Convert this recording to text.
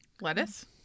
Lettuce